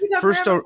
first